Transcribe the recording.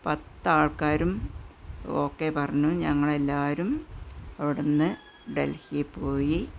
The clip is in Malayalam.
പത്ത് ആള്ക്കാരും ഓക്കേ പറഞ്ഞു ഞങ്ങളെല്ലാവരും അവിടെ നിന്ന് ഡല്ഹി പോയി